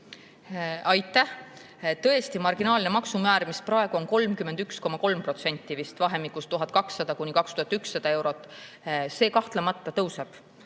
Aitäh! Tõesti, marginaalne maksumäär, mis praegu on 31,3% vahemikus 1200–2100 eurot, kahtlemata tõuseb.